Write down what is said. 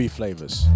flavors